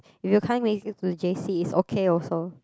if you can't make it to J_C it's okay also